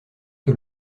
que